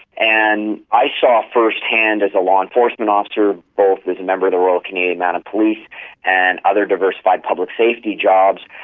and i saw first-hand as a law enforcement officer, both as a member of the royal canadian mounted police and other diversified public safety jobs,